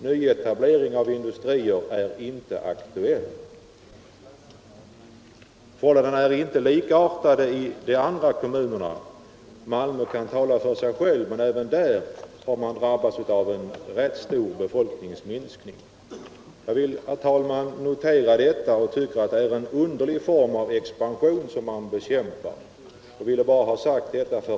Nyetablering av industrier är inte aktuell.” Förhållandena är inte likartade i de andra kommunerna. Malmö kan tala för sig själv, men även där har man drabbats av en rätt stor befolkningsminskning. Jag vill, herr talman, notera detta och tycker det är en underlig form av expansion man bekämpar.